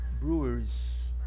breweries